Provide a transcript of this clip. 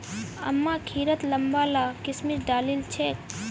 अम्मा खिरत लंबा ला किशमिश डालिल छेक